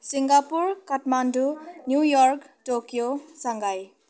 Singapore Kathmandu New York Tokyo Shanghai